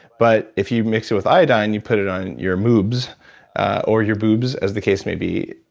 but if you mix it with iodine you put it on your moobs or your boobs as the case maybe,